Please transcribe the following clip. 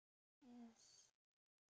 yes